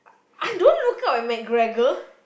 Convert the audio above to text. I don't look up at McGregor